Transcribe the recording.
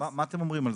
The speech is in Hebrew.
כן, מה אתם אומרים?